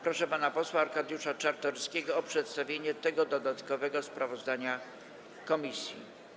Proszę pana posła Arkadiusza Czartoryskiego o przedstawienie tego dodatkowego sprawozdania komisji.